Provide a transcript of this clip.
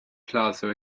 plaza